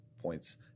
points